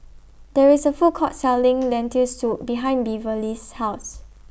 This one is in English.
There IS A Food Court Selling Lentil Soup behind Beverly's House